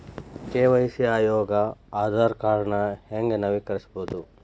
KYC ಯೊಂದಿಗ ಆಧಾರ್ ಕಾರ್ಡ್ನ ಹೆಂಗ ನವೇಕರಿಸಬೋದ